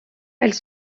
elles